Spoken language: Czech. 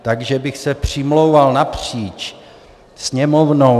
Takže bych se přimlouval napříč Sněmovnou.